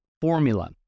formula